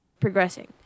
progressing